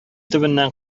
төбеннән